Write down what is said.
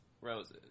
roses